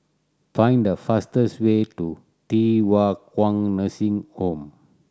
find the fastest way to Thye Hua Kwan Nursing Home